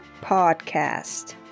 podcast